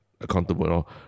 accountable